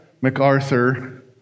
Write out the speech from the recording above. MacArthur